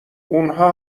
اونها